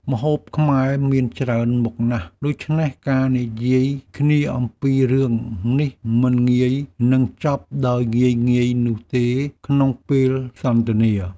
ម្ហូបខ្មែរមានច្រើនមុខណាស់ ដូច្នេះការនិយាយគ្នាអំពីរឿងនេះមិនងាយនឹងចប់ដោយងាយៗនោះទេក្នុងពេលសន្ទនា។